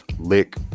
lick